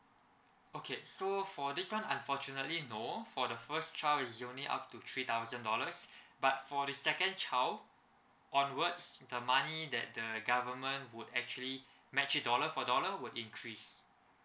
okay so for this [one] unfortunately no for the first child only up to three thousand dollars but for the second child onwards the money that the government would actually match it dollar for dollar will increase